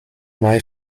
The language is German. may